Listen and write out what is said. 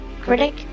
critic